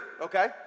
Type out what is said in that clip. Okay